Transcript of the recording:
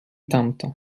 tamto